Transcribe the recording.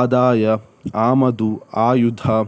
ಆದಾಯ ಆಮದು ಆಯುಧ